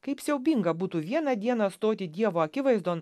kaip siaubinga būtų vieną dieną stoti dievo akivaizdon